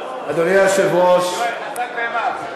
אדוני היושב-ראש, יואל, חזק ואמץ.